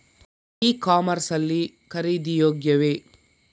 E commerce ಲ್ಲಿ ಖರೀದಿ ಯೋಗ್ಯವೇ?